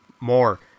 more